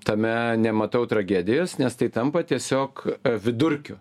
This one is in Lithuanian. tame nematau tragedijos nes tai tampa tiesiog vidurkiu